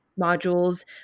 modules